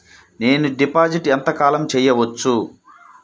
నేను డిపాజిట్ ఎంత కాలం చెయ్యవచ్చు?